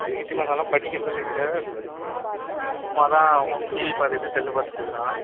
இங்கே வீட்டுக்கு வந்தாலும் படிக்கிறதில்லைங்க சார் சும்மா தான் உட்காந்து டிவி பார்த்துட்டு செல்லு பார்த்துட்டு இருக்கிறான்